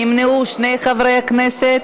נמנעו שני חברי הכנסת.